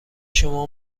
شما